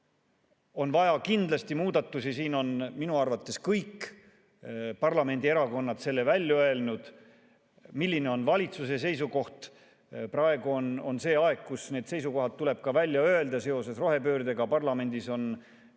on vaja kindlasti muudatusi, selle on minu arvates kõik parlamendierakonnad välja öelnud. Milline on valitsuse seisukoht? Praegu on see aeg, kui need seisukohad tuleb välja öelda. Seoses rohepöördega on teema parlamendis arutelul.